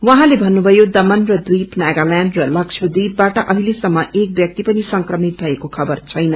उझँले भन्नुथयो दमन र द्वीप नागातयाण्ड र लस्यद्वीपबाट अहिलेसम्प एक व्याक्ति पनि संक्रमित भएको खबर छैन